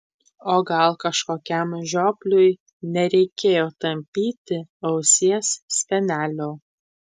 o gal kažkokiam žiopliui nereikėjo tampyti ausies spenelio